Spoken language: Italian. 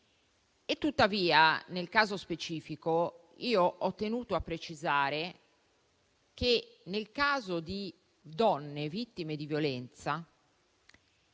Tuttavia, nel caso specifico, ho tenuto a precisare che nel caso di donne vittime di violenza